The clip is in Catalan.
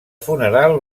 funeral